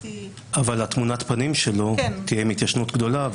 מסמך לעשר שנים --- אבל תמונת הפנים שלו תהיה עם התיישנות גדולה,